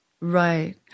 Right